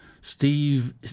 Steve